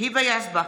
היבה יזבק,